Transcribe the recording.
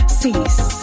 cease